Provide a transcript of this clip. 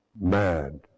mad